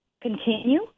continue